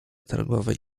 targowej